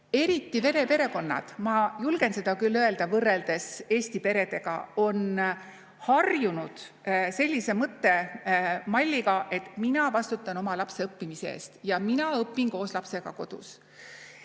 Eriti vene perekonnad, ma julgen seda küll öelda, võrreldes eesti peredega, on harjunud sellise mõttemalliga, et mina vastutan oma lapse õppimise eest ja mina õpin koos lapsega kodus.